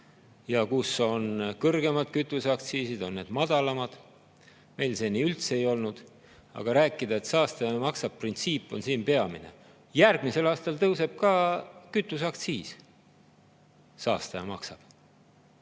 ja kus on kõrgemad kütuseaktsiisid, on need madalamad. Meil seni üldse ei olnud. Aga rääkida, et printsiip "saastaja maksab" on siin peamine – järgmisel aastal tõuseb ka kütuseaktsiis. Saastaja maksab!